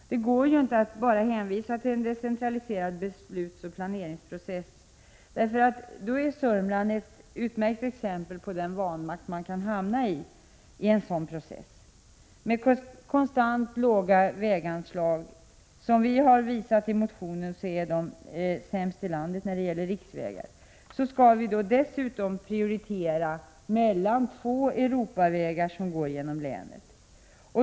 Det går inte att bara hänvisa till en decentraliserad beslutsoch planeringsprocess. Sörmland är ett utmärkt exempel på den vanmakt som man kan hamna i vid en sådan process. Med konstant låga väganslag till riksvägar — sämst i landet när det gäller riksvägar som vi visat i motionen — skall vi dessutom prioritera när det gäller de två Europavägar som går genom länet.